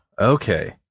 Okay